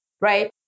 right